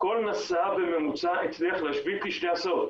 כל נשא בממוצע הצליח להשבית כשתי הסעות.